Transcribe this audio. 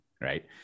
Right